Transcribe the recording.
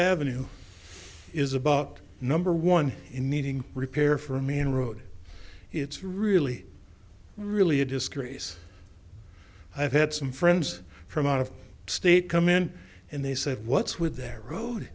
avenue is about number one in needing repair for me and road it's really really a disgrace i've had some friends from out of state come in and they said what's with their road